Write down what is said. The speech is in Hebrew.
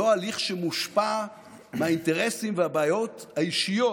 ולא הליך שמושפע מהאינטרסים והבעיות האישיות